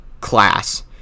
class